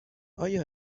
آیا